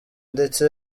ndetse